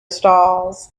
stalls